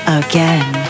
again